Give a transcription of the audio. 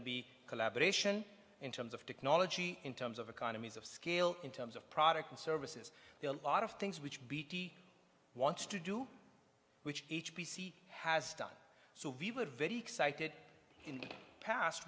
to be collaboration in terms of technology in terms of economies of scale in terms of product and services be a lot of things which bt wants to do which each p c has done so we were very excited in the past